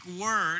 word